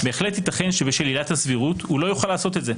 בהחלט ייתכן שבשל עילת הסבירות הוא לא יוכל לעשות זאת,